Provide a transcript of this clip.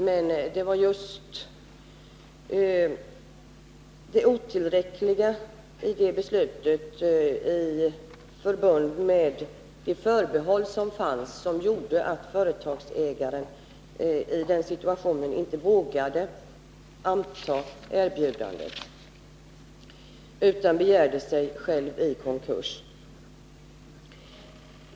Men det var just det otillräckliga i det beslutet i förbund med det förbehåll som fanns som gjorde att företagsägaren i den situationen inte vågade anta erbjudandet utan begärde sig själv i konkurs.